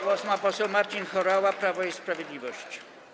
Głos ma poseł Marcin Horała, Prawo i Sprawiedliwość.